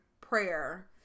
prayer